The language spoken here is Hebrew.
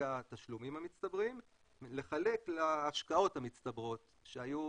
התשלומים המצטברים לחלק להשקעות המצטברות שהיו